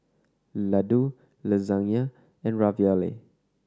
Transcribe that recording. Ladoo Lasagna and Ravioli